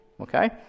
okay